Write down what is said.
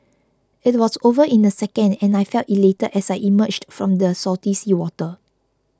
it was over in a second and I felt elated as I emerged from the salty seawater